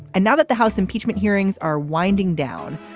and now that the house impeachment hearings are winding down,